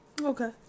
Okay